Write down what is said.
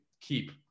keep